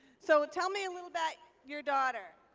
so tell me a little about your daughter.